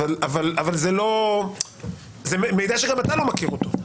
אבל זה מידע שגם אתה לא מכיר אותו.